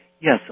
Yes